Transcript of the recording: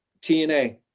TNA